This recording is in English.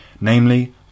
namely